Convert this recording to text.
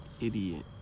idiot